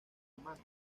hermanos